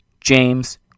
James